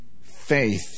faith